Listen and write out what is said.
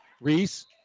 Reese